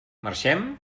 marxem